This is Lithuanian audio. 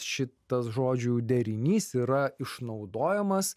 šitas žodžių derinys yra išnaudojamas